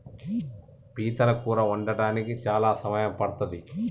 పీతల కూర వండడానికి చాలా సమయం పడ్తది